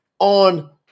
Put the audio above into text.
on